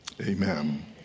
Amen